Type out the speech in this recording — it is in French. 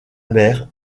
mer